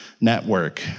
network